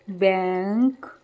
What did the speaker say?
bank